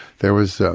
there was so